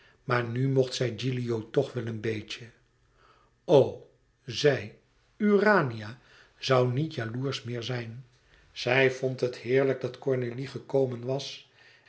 maar nu mocht zij gilio toch wel een beetje e ids aargang zij urania zoû niet jaloersch meer zijn zij vond het heerlijk dat cornélie gekomen was